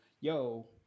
yo